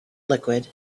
liquid